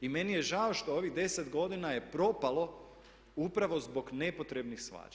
I meni je žao što ovih 10 godina je propalo upravo zbog nepotrebnih svađa.